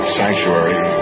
sanctuary